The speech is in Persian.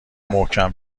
محکم